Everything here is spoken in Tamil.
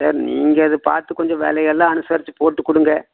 சார் நீங்கள் அது பார்த்து கொஞ்சம் விலை எல்லாம் அனுசரித்து போட்டுக் கொடுங்க